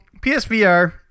PSVR